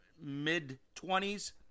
mid-20s